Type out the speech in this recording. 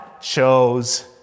chose